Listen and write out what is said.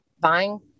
buying